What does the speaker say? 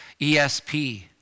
ESP